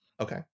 okay